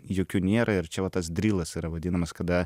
jokių nėra ir čia va tas drilas yra vadinamas kada